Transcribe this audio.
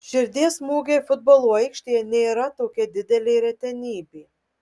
širdies smūgiai futbolo aikštėje nėra tokia didelė retenybė